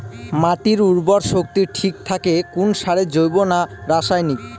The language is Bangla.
মাটির উর্বর শক্তি ঠিক থাকে কোন সারে জৈব না রাসায়নিক?